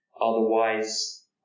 otherwise